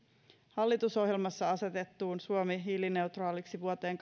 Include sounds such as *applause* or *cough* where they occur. hallitusohjelmassa asetettuun suomi hiilineutraaliksi vuoteen *unintelligible*